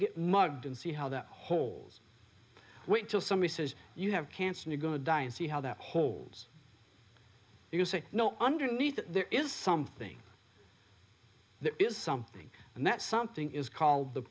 get mugged and see how that holds wait till somebody says you have cancer and you go to die and see how that holds you know underneath that there is something there is something and that something is called the